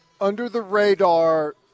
Under-the-radar